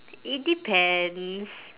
it depends